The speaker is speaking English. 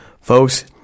Folks